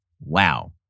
Wow